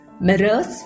mirrors